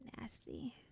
nasty